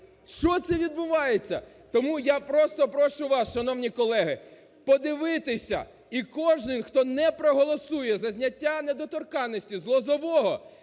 Що це відбувається? Тому я просто прошу вас, шановні колеги, подивитися, і кожен, хто не проголосує за зняття недоторканності з Лозового,